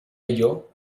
ello